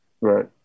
Right